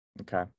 Okay